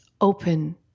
open